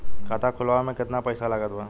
खाता खुलावे म केतना पईसा लागत बा?